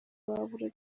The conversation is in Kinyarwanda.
baburaga